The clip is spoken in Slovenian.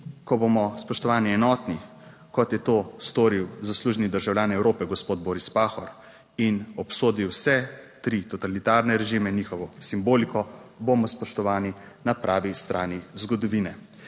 ko bomo spoštovani, enotni kot je to storil zaslužni državljan Evrope gospod Boris Pahor in obsodi vse tri totalitarne režime, njihovo simboliko bomo, spoštovani, na pravi strani zgodovine.